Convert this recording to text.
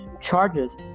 charges